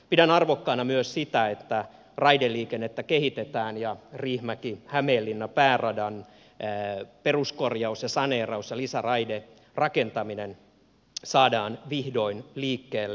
pidän arvokkaana myös sitä että raideliikennettä kehitetään ja riihimäkihämeenlinna pääradan peruskorjaus saneeraus ja lisäraiderakentaminen saadaan vihdoin liikkeelle